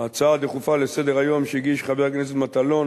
ההצעה הדחופה לסדר-היום שהגיש חבר הכנסת מטלון